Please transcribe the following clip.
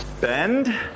bend